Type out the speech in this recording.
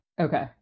Okay